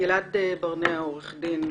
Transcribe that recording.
גלעד ברנע, עורך דין.